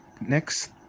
next